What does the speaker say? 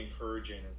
encouraging